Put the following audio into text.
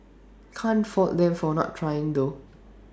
can't fault them for not trying though